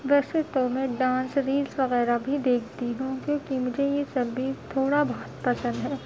ویسے تو میں ڈانس ریلس وغیرہ بھی دیکھتی ہوں کیونکہ مجھے یہ سب بھی تھوڑا بہت پسند ہے